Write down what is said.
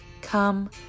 Come